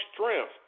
strength